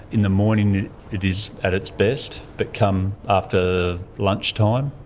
in the morning it is at its best. but come after lunchtime,